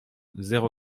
zéro